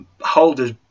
Holder's